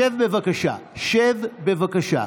שב, בבקשה.